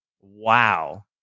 wow